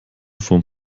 form